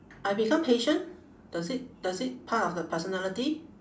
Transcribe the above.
I become patient does it does it part of the personality